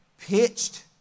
pitched